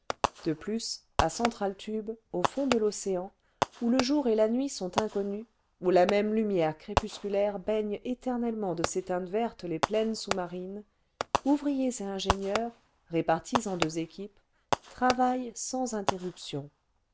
de plus à central tube au fond de l'océan où le jour et la nuit sont inconnus où la même lumière crépusculaire baigne éternellement de ses teintes vertes les plaines sous-marines ouvriers et ingénieurs répartis en deux équipes travaillent sans interruption